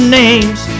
names